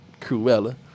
Cruella